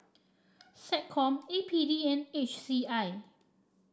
SecCom A P D and H C I